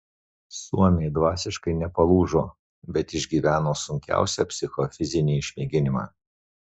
suomiai dvasiškai nepalūžo bet išgyveno sunkiausią psichofizinį išmėginimą